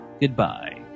goodbye